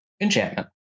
Enchantment